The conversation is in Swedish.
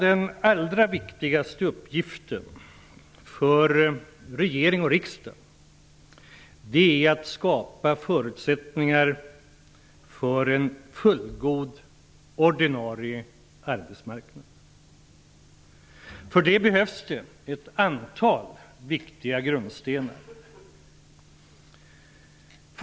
Den allra viktigast uppgiften för regering och riksdag är att skapa förutsättningar för en fullgod ordinarie arbetsmarknad. För detta behövs ett antal viktiga grundstenar.